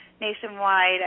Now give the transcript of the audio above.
nationwide